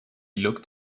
looked